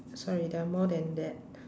sorry there are more than that